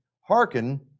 hearken